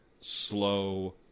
slow